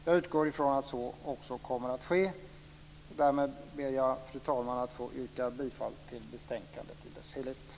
Jag utgår från att så kommer att ske. Med detta ber jag, fru talman, att få yrka bifall till hemställan i betänkandet i dess helhet.